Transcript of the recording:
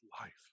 life